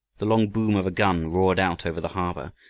the long boom of a gun roared out over the harbor,